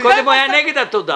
קודם היה נגד התודה.